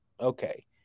Okay